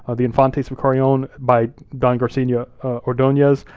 ah the infantes of carrion, by don garcia ordonez,